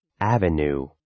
Avenue